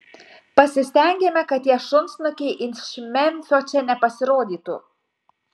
pasistengėme kad tie šunsnukiai iš memfio čia nepasirodytų